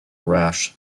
rash